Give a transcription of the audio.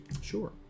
Sure